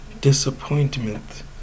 disappointment